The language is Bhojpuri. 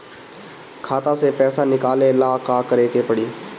खाता से पैसा निकाले ला का करे के पड़ी?